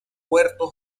huerto